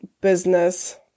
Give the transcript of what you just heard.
business